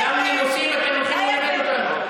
גם נימוסים אתם הולכים ללמד אותנו?